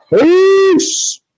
peace